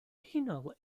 penal